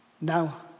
Now